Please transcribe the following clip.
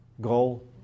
goal